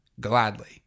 gladly